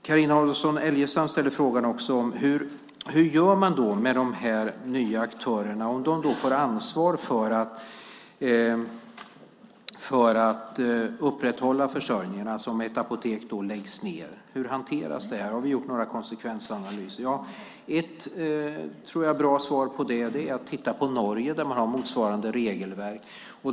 Carina Adolfsson Elgestam ställer också frågan: Hur gör man med de här nya aktörerna om de får ansvar för att upprätthålla försörjningen, alltså om ett apotek läggs ned? Hur hanteras det här? Har vi gjort några konsekvensanalyser? Ett, tror jag, bra svar på det är att titta på Norge, där man har motsvarande regelverk.